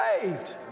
saved